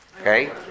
Okay